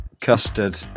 custard